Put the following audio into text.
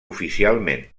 oficialment